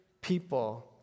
people